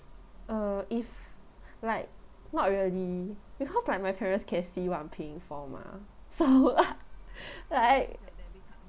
uh if like not really because like my parents can see what I'm paying for mah so right